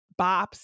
bops